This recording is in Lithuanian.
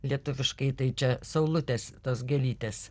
lietuviškai tai čia saulutės tos gėlytės